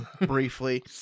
briefly